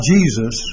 Jesus